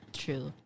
true